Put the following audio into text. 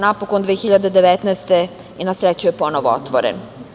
Napokon, 2019. godine je ponovo otvoren.